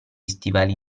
stivali